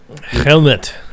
helmet